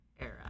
era